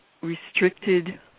restricted